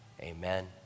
amen